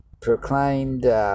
proclaimed